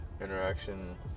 interaction